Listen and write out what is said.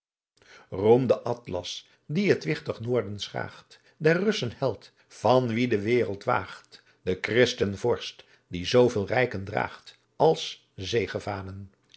roem d'atlas die het wigtig noorden schraagt der russen held van wien de wereld waagt den christen vorst die zooveel rijken draagt als